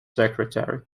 secretary